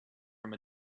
from